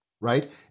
right